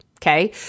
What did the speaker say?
Okay